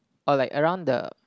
or like around the